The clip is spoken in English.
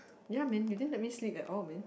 ya man you didn't let me sleep at all man